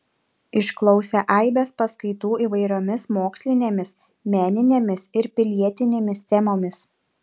išklausė aibės paskaitų įvairiomis mokslinėmis meninėmis ir pilietinėmis temomis